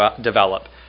develop